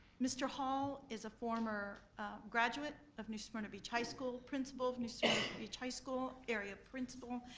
mr. hall is a former graduate of new smyrna beach high school, principal of new smyrna beach high school, area principal,